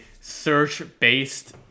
search-based